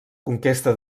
conquesta